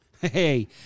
Hey